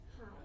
Hi